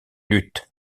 luttes